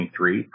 23